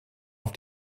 auf